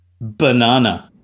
banana